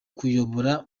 kuyobora